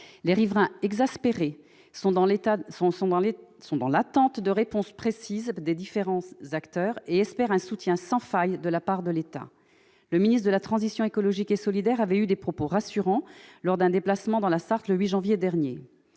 Les riverains exaspérés sont dans l'attente de réponses précises des différents acteurs et espèrent un soutien sans faille de la part de l'État. Le ministre de la transition écologique et solidaire avait eu des propos rassurants lors d'un déplacement dans la Sarthe, le 8 janvier dernier.